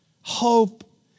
Hope